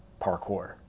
parkour